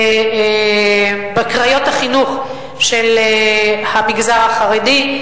בקריות החינוך של המגזר החרדי,